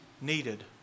needed